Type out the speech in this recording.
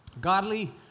Godly